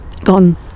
gone